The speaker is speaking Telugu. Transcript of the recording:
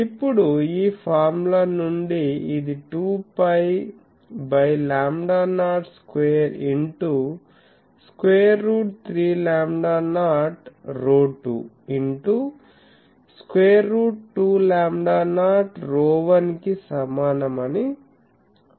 ఇప్పుడు ఈ ఫార్ములా నుండి ఇది 2 π by lambda naught square into square root 3 lambda naught ρ2 into square root 2లాంబ్డా నాట్ ρ1 కి సమానం అని వ్రాయగలను